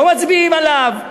לא מצביעים עליו?